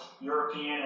European